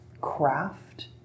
craft